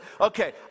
Okay